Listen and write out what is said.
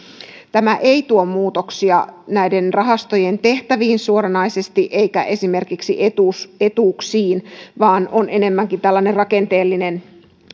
tämä ei tuo muutoksia näiden rahastojen tehtäviin suoranaisesti eikä esimerkiksi etuuksiin etuuksiin vaan on enemmänkin tällainen rakenteellinen